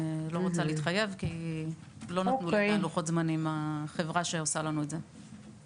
לא רוצה להתחייב כי החברה שעושה לנו את זה לא נתנה לנו את לוחות הזמנים.